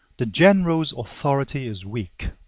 the general's authority is weak.